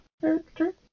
character